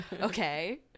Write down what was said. okay